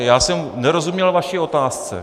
Já jsem nerozuměl vaší otázce.